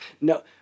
No